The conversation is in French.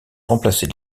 remplacer